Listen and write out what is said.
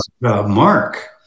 Mark